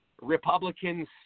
Republicans